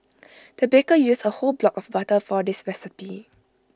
the baker used A whole block of butter for this recipe